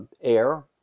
air